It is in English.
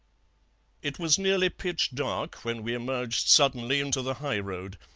it was nearly pitch-dark when we emerged suddenly into the highroad.